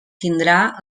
tindrà